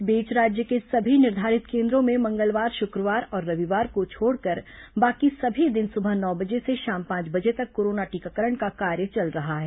इस बीच राज्य के सभी निर्धारित केन्द्रों में मंगलवार शुक्रवार और रविवार को छोड़कर बाकी सभी दिन सुबह नौ बजे से शाम पांच बजे तक कोरोना टीकाकरण का कार्य चल रहा है